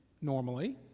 normally